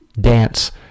dance